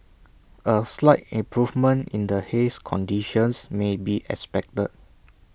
A slight improvement in the haze conditions may be expected